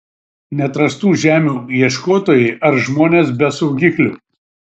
neatrastų žemių ieškotojai ar žmonės be saugiklių